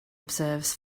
observes